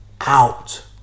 out